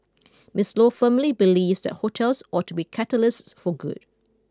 Miss Luo firmly believes that hotels ought to be catalysts for good